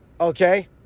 okay